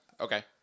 Okay